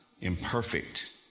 imperfect